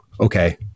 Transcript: okay